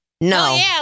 No